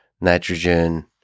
nitrogen